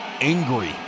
angry